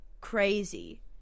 crazy